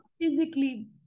physically